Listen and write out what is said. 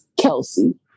Kelsey